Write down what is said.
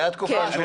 הייתה תקופה שניהלת.